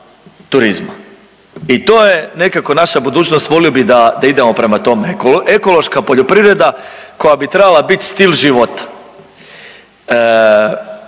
I to je nekako naša budućnost. Volio bih da idemo prema toma. Ekološka poljoprivreda koja bi trebala biti stil života.